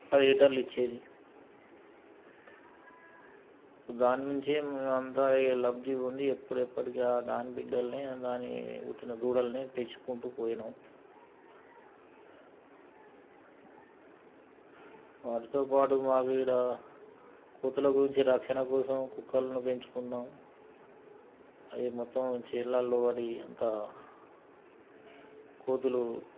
పది లీటర్లు ఇచ్చేది దాని నుంచే మేము అంతా ఇక లబ్ధి పొంది ఎప్పుడు ఎప్పటికీ దాని బిడ్డలని దానికి పుట్టిన దూడలని పెంచుకుంటూ పోయాము వాటితోపాటు మాకు ఈడ కోతుల గుంచి రక్షణ కోసం కుక్కలని పెంచుకున్నాము అవి మొత్తం చేళ్ళలో పడి అంతా కోతులు